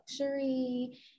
luxury